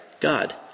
god